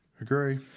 Agree